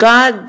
God